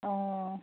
অঁ